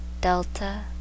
delta